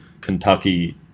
Kentucky